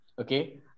Okay